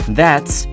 thats